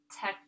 tech